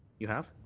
you have?